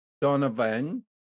Donovan